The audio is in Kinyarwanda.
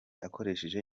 akoresheje